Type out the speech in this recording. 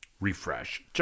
Refresh